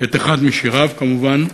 את אחד משיריו כמובן: